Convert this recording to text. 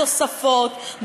בתוספות,